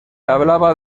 hablaba